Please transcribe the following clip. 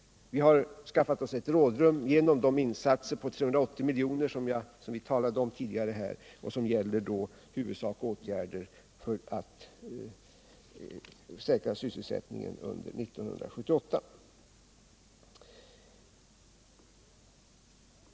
Vi har skaffat oss ett rådrum genom de insatser för 380 milj.kr. som jag nyss talade om och som innefattar åtgärder för att säkra sysselsättningen under 1978.